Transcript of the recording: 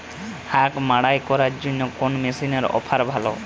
আখ মাড়াই করার জন্য কোন মেশিনের অফার ভালো?